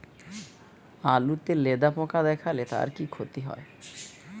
আলুতে লেদা পোকা দেখালে তার কি ক্ষতি হয়?